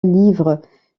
livres